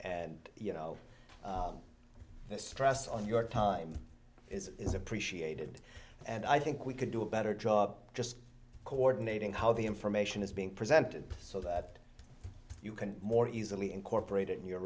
and you know this stress on your time is is appreciated and i think we could do a better job just coordinating how the information is being presented so that you can more easily incorporated in your